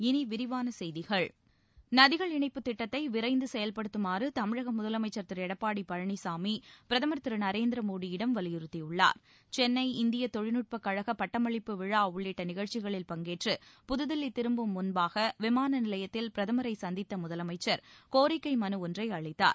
இனி விரிவான செய்திகள் நதிகள் இணைப்புத் திட்டத்தை விரைந்து செயல்படுத்துமாறு தமிழக முதலமுச்சர் திரு எடப்பாடி பழனிசாமி பிரதமர் திரு நரேந்திர மோடியிடம் வலியுறுத்தியுள்ளார் சென்னை இந்திய தொழில்நட்பக் கழக பட்டமளிப்பு விழா உள்ளிட்ட நிகழ்ச்சிகளில் பங்கேற்று புதுதில்லி திரும்பும் முன்பாக விமான நிலையத்தில் பிரதமரை சந்தித்த முதலமைச்சர் கோரிக்கை மலு ஒன்றை அளித்தார்